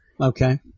Okay